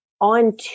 on